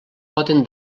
poden